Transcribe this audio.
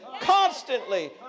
constantly